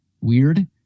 Weird